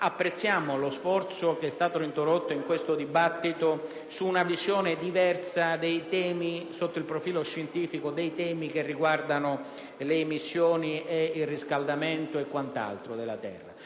apprezziamo lo sforzo introdotto in questo dibattito su una visione diversa, sotto il profilo scientifico, dei temi che riguardano le emissioni e il riscaldamento della terra,